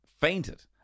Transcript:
fainted